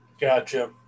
Gotcha